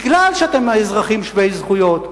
מפני שאתם אזרחים שווי זכויות,